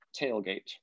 Tailgate